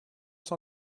cent